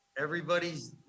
Everybody's